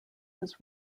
was